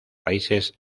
países